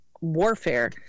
warfare